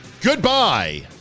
Goodbye